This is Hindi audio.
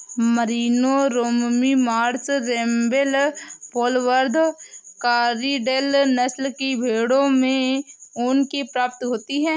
Merino, Romney Marsh, Rambouillet, Polwarth, Corriedale नस्ल की भेंड़ों से ऊन की प्राप्ति होती है